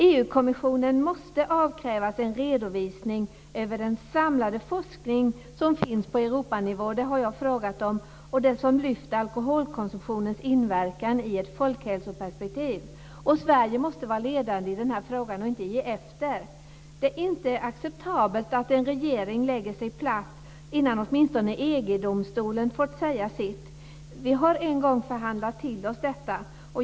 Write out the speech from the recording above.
EU-kommissionen måste avkrävas en redovisning av den samlade forskning på Europanivå som behandlar alkoholkonsumtionens inverkan i ett folkhälsoperspektiv, vilket jag har frågat om. Sverige måste vara ledande i denna fråga och inte ge efter. Det är inte acceptabelt att en regering lägger sig platt innan åtminstone EG domstolen fått säga sitt. Vi har en gång förhandlat till oss detta.